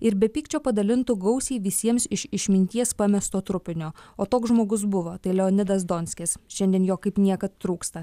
ir be pykčio padalintų gausiai visiems iš išminties pamesto trupinio o toks žmogus buvo tai leonidas donskis šiandien jo kaip niekad trūksta